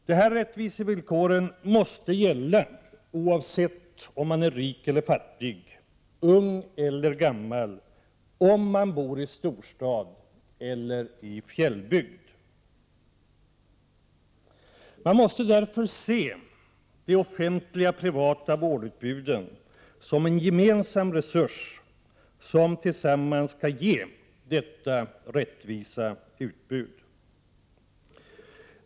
De här rättvisevillkoren måste gälla oavsett om man är rik eller fattig, ung eller gammal, om man bor i storstad eller i fjällbygd. Därför måste de offentliga och privata vårdutbuden ses som en gemensam resurs, som tillsammans skall ge detta rättvisa utbud.